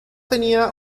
tenía